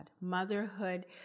Motherhood